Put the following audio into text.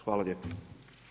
Hvala lijepo.